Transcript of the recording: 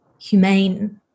humane